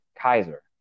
Kaiser